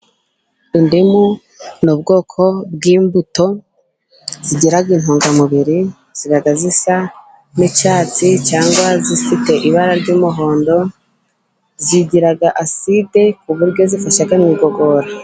Indimu ni ubwoko bw'imbuto zigira intungamubiri, ziba zisa n'icyatsi cyangwa zifite ibara ry'umuhondo, zigira aside ku buryo zifasha igogora.